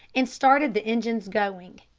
and started the engines going,